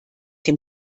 dem